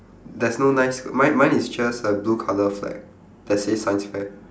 there's no nine sq~ mine mine is just a blue colour flag that says science fair